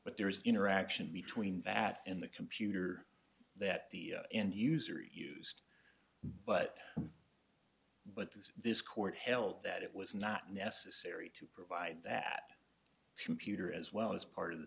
but there is interaction between that and the computer that the end user used but what does this court held that it was not necessary to provide that computer as well as part of the